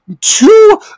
two